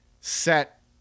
set